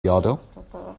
yodel